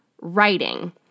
writing